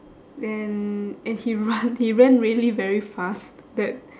then and he run he ran really very fast that